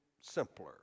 simpler